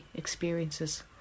Experiences